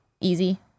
Easy